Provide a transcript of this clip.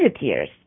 years